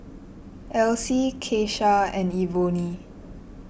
Alcee Kesha and Ebony